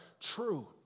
True